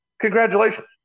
congratulations